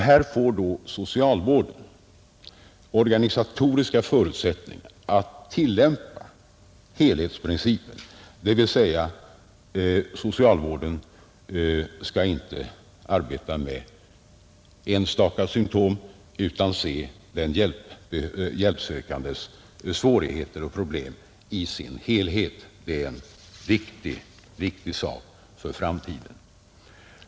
Här får då socialvården organisatoriska förutsättningar att tillämpa helhetsprincipen, dvs. socialvården skall inte arbeta med enstaka symtom utan se de hjälpsökandes svårigheter och problem i deras helhet. Det är en viktig sak för framtiden.